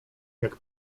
jak